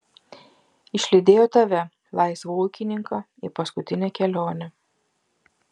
išlydėjau tave laisvą ūkininką į paskutinę kelionę